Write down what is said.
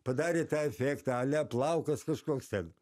padarė tą efektą ale plaukas kažkoks ten